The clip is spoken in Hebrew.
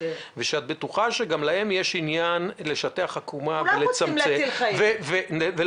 שגם להן יש עניין לשטח עקומה ולהציל חיים,